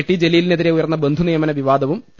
T ജലീലിനെതിരെ ഉയർന്ന ബന്ധുനിയമന വിവാദവും പി